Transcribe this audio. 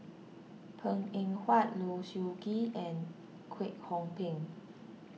Png Eng Huat Low Siew Nghee and Kwek Hong Png